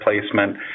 placement